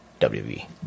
WWE